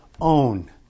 own